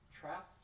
trap